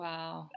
Wow